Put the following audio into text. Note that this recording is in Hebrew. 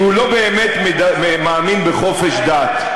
כי הוא לא באמת מאמין בחופש דת.